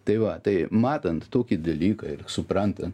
tai va tai matant tokį dalyką ir suprantan